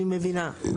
אני מבינה,